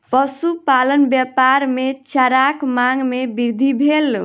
पशुपालन व्यापार मे चाराक मांग मे वृद्धि भेल